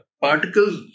particles